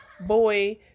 boy